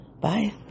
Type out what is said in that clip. Bye